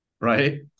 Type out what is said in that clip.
Right